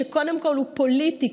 שקודם כול הוא פוליטי,